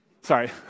Sorry